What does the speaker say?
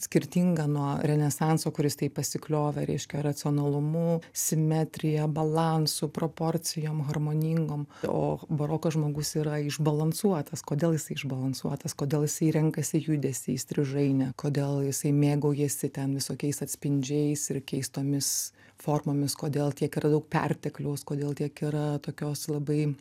skirtinga nuo renesanso kuris taip pasikliovė reiškia racionalumu simetrija balansu proporcijom harmoningom o baroko žmogus yra išbalansuotas kodėl jisai išbalansuotas kodėl jisai renkasi judesį įstrižainę kodėl jisai mėgaujasi ten visokiais atspindžiais ir keistomis formomis kodėl tiek daug pertekliaus kodėl tiek yra tokios labai